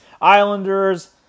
Islanders